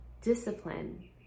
discipline